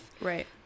Right